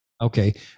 Okay